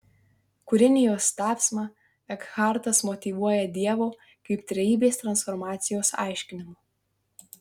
kūrinijos tapsmą ekhartas motyvuoja dievo kaip trejybės transformacijos aiškinimu